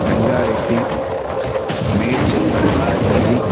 Ranga Reddy Medchal Malkajgiri